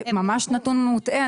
זה ממש נתון מוטעה.